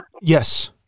Yes